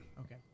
Okay